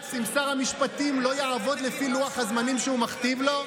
לבג"ץ אם שר המשפטים לא יעבוד לפי לוח הזמנים שהוא מכתיב לו?